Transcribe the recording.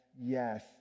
yes